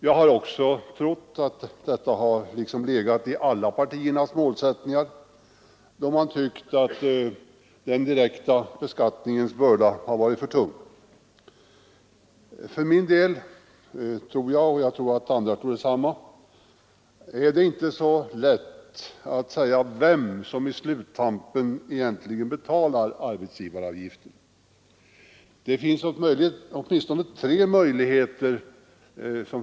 Men jag har trott att detta legat i alla partiers målsättning, då man tyckt att den direkta beskattningens börda varit för tung. För min del anser jag — och jag förmodar att andra gör detsamma att det inte är så lätt att säga vem som i sluttampen egentligen betalar arbetsgivaravgiften. Det finns här åtminstone tre möjligheter.